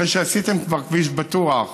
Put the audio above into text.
אחרי שעשיתם כבר כביש בטוח,